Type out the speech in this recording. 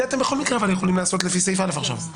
אבל את זה אתם יכולים לעשות בכל מקרה לפי סעיף א גם עכשיו.